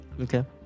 Okay